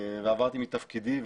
ועברתי מתפקידי.